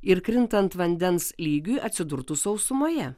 ir krintant vandens lygiui atsidurtų sausumoje